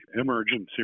emergency